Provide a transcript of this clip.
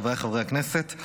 חבריי חברי הכנסת,